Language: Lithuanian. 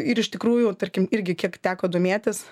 ir iš tikrųjų tarkim irgi kiek teko domėtis